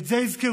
את זה יזכרו.